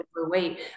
overweight